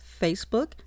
Facebook